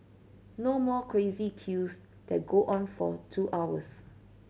no more crazy queues that go on for two hours